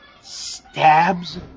stabs